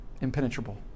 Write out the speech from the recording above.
impenetrable